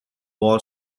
wall